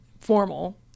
formal